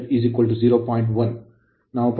ಮೂಲತಃ ಇದು ಆಯಾಮವಿಲ್ಲದ ಪ್ರಮಾಣವಾಗಿದೆ